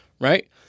Right